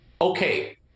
Okay